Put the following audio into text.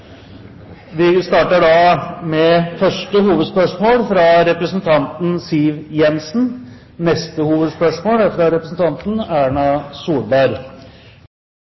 Vi starter med første hovedspørsmål, fra representanten Siv Jensen.